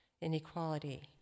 inequality